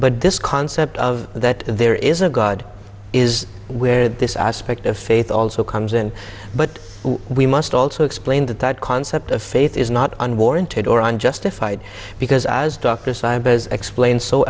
but this concept of that there is a god is where this aspect of faith also comes in but we must also explain that that concept of faith is not unwarranted or unjustified because